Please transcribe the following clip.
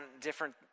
different